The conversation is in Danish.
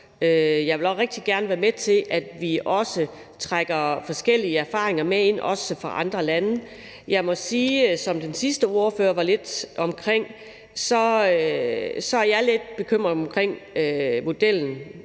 Jeg vil også rigtig gerne være med til, at vi trække forskellige erfaringer med ind, også fra andre lande. Men jeg må sige, som den sidste ordfører også var inde på, at jeg er lidt bekymret ved modellen